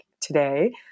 today